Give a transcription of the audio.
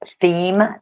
theme